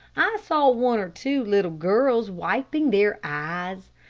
i saw one or two little girls wiping their eyes.